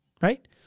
Right